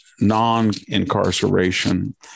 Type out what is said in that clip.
non-incarceration